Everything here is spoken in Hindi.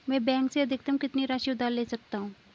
मैं बैंक से अधिकतम कितनी राशि उधार ले सकता हूँ?